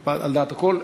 על דעת הכול.